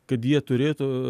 kad jie turėtų